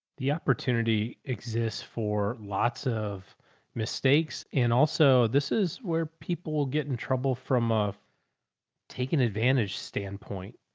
the opportunity exists for lots of mistakes. and also this is where people will get in trouble from a taken advantage standpoint.